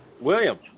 William